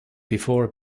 before